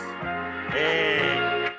Hey